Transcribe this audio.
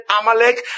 amalek